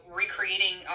recreating